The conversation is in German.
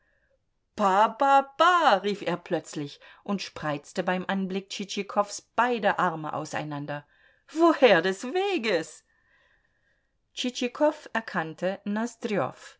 rief er plötzlich und spreizte beim anblick tschitschikows beide arme auseinander woher des weges tschitschikow erkannte